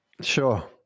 Sure